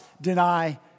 deny